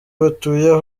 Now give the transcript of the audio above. batuye